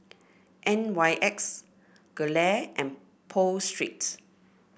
N Y X Gelare and Pho Street